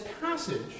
passage